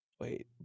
Wait